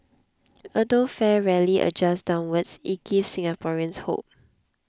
although fare rarely adjusts downwards it gives Singaporeans hope